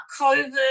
COVID